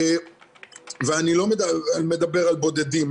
אני לא מדבר על בודדים,